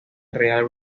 real